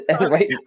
right